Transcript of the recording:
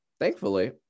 thankfully